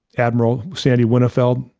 admiral sandy winnefeld,